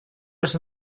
was